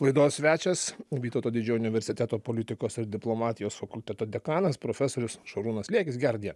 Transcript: laidos svečias vytauto didžiojo universiteto politikos ir diplomatijos fakulteto dekanas profesorius šarūnas liekis gerą dieną